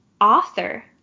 author